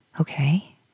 Okay